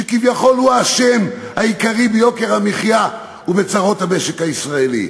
שכביכול הוא האשם העיקרי ביוקר המחיה ובצרות המשק הישראלי,